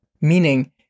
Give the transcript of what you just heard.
Meaning